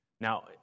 Now